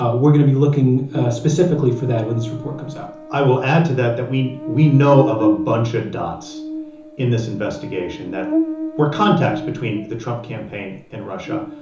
ah we're going to be looking specifically for that when this report comes out i will add to that that we we know of a bunch of dots in this investigation that were contacts between the trump campaign and russia.